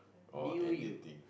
knew you